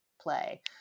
play